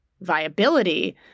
viability